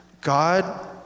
God